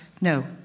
no